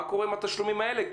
מה קורה עם התשלומים האלה?